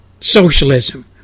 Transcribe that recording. socialism